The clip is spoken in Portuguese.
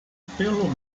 pelo